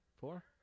Four